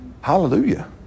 Hallelujah